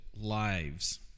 lives